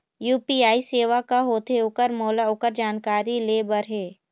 UPI सेवा का होथे ओकर मोला ओकर जानकारी ले बर हे?